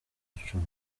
icumi